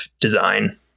design